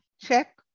check